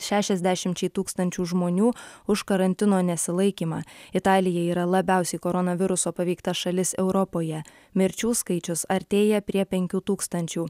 šešiasdešimčiai tūkstančių žmonių už karantino nesilaikymą italija yra labiausiai koronaviruso paveikta šalis europoje mirčių skaičius artėja prie penkių tūkstančių